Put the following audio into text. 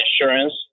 insurance